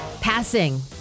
Passing